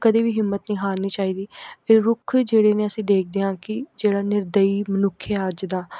ਕਦੇ ਵੀ ਹਿੰਮਤ ਨਹੀਂ ਹਾਰਨੀ ਚਾਹੀਦੀ ਇਹ ਰੁੱਖ ਜਿਹੜੇ ਨੇ ਅਸੀਂ ਦੇਖਦੇ ਹਾਂ ਕਿ ਜਿਹੜਾ ਨਿਰਦਈ ਮਨੁੱਖ ਆ ਅੱਜ ਦਾ